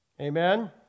Amen